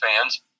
fans